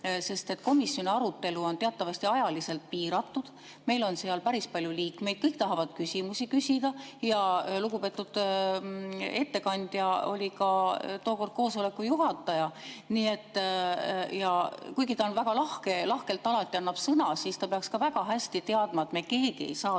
Komisjoni arutelu on teatavasti ajaliselt piiratud, meil on seal päris palju liikmeid, kõik tahavad küsimusi küsida ja lugupeetud ettekandja oli ka tookord koosoleku juhataja. Ja kuigi ta on väga lahke, lahkelt alati annab sõna, peaks ta väga hästi teadma, et me keegi ei saa